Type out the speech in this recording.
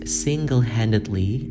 single-handedly